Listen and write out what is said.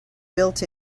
built